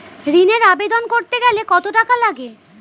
ঋণের আবেদন করতে গেলে কত টাকা লাগে?